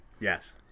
yes